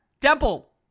Temple